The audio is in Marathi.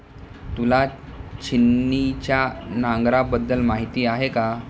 तुला छिन्नीच्या नांगराबद्दल माहिती आहे का?